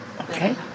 Okay